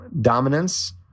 dominance